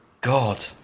God